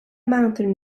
mountain